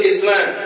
Islam